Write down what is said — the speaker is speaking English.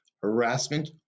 harassment